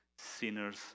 sinners